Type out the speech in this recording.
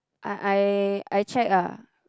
I I I check ah